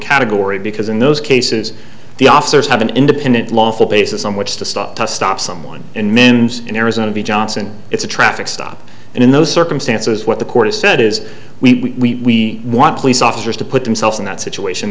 category because in those cases the officers have an independent lawful basis on which to stop to stop someone in mens in arizona be john it's a traffic stop and in those circumstances what the court has said is we want police officers to put themselves in that situation